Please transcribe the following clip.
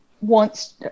wants